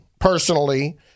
personally